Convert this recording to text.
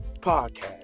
Podcast